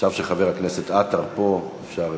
עכשיו שחבר הכנסת עטר פה, אפשר